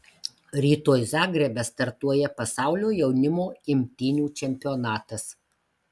rytoj zagrebe startuoja pasaulio jaunimo imtynių čempionatas